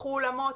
תיקחו אולמות,